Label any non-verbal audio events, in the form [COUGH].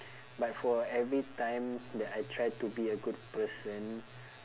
[BREATH] but for every time that I try to be a good person